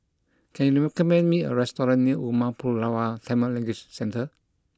can you recommend me a restaurant near Umar Pulavar Tamil Language Centre